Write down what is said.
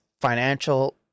financial